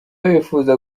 wifuza